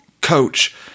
coach